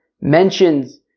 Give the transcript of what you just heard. mentions